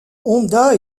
honda